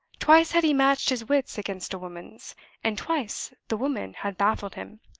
twice had he matched his wits against a woman's and twice the woman had baffled him.